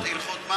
איזה הלכות?